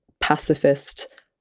pacifist